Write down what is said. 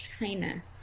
China